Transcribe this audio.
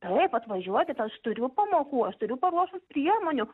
taip atvažiuokit aš turiu pamokų aš turiu paruošus priemonių